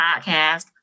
podcast